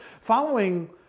following